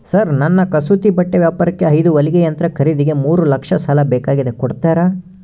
Sir ನನ್ನ ಕಸೂತಿ ಬಟ್ಟೆ ವ್ಯಾಪಾರಕ್ಕೆ ಐದು ಹೊಲಿಗೆ ಯಂತ್ರ ಖರೇದಿಗೆ ಮೂರು ಲಕ್ಷ ಸಾಲ ಬೇಕಾಗ್ಯದ ಕೊಡುತ್ತೇರಾ?